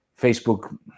Facebook